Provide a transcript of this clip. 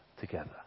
together